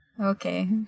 okay